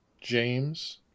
James